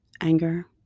Anger